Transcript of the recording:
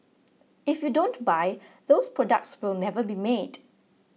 if you don't buy those products will never be made